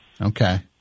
Okay